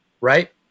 Right